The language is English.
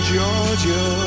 Georgia